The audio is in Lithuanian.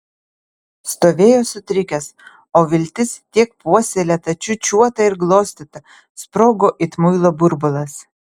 stovėjo sutrikęs o viltis tiek puoselėta čiūčiuota ir glostyta sprogo it muilo burbulas